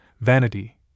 vanity